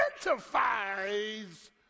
identifies